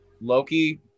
Loki